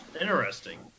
Interesting